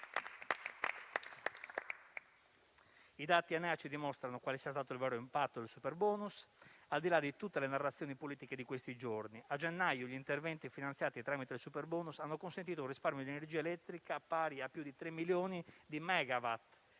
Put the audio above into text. I dati ENEA ci dimostrano quale sia stato il vero impatto del superbonus, al di là di tutte le narrazioni politiche di questi giorni. A gennaio gli interventi finanziati tramite il superbonus hanno consentito un risparmio di energia elettrica pari a oltre 3 milioni di megawatt: